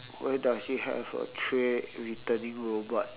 where does it have a tray returning robot